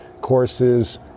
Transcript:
courses